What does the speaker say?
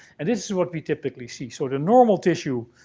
and this is what we typically see. so, the normal tissue,